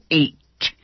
eight